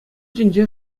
тӗнче